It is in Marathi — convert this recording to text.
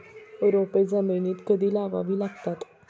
रोपे जमिनीत कधी लावावी लागतात?